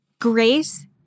Grace